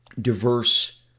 diverse